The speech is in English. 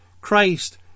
Christ